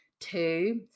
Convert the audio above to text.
two